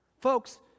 Folks